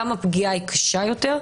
גם הפגיעה היא קשה יותר,